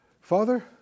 Father